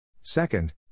Second